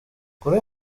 kuri